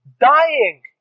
dying